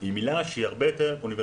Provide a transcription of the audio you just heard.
היא מילה שהיא יותר אוניברסלית.